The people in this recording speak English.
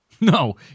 No